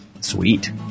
Sweet